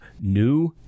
new